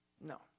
No